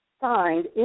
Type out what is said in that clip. signed